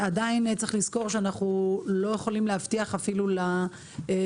עדיין צריך לזכור שאנחנו לא יכולים להבטיח אפילו לבעלים